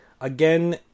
again